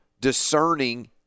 discerning